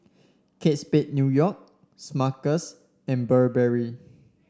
Kate Spade New York Smuckers and Burberry